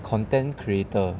content creator